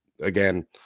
again